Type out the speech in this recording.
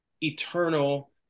eternal